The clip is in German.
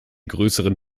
grösseren